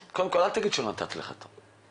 אל תגיד שלא נתתי לך תור,